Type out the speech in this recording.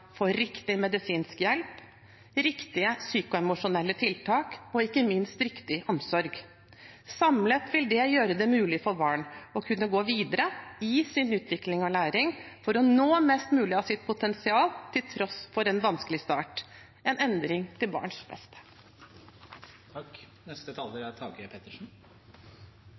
riktig medisinsk hjelp, riktige psykoemosjonelle tiltak og ikke minst riktig omsorg. Samlet vil det gjøre det mulig for barn å kunne gå videre i sin utvikling og læring for å nå mest mulig av sitt potensial, til tross for en vanskelig start – en endring til barns beste.